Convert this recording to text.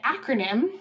acronym